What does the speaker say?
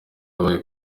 yabaye